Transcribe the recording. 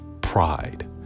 pride